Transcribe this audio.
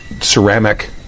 ceramic